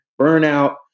burnout